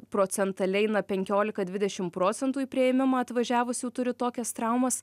procentaliai na penkiolika dvidešim procentų į priėmimą atvažiavusių turi tokias traumas